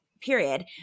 period